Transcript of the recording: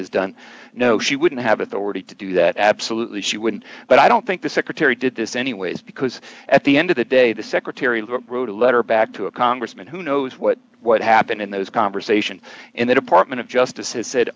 is done no she wouldn't have authority to do that absolutely she wouldn't but i don't think the secretary did this anyways because at the end of the day the secretary who wrote a letter back to a congressman who knows what what happened in those conversations in the department of justice has said